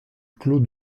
clos